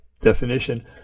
Definition